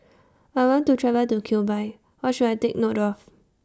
I want to travel to Cuba What should I Take note of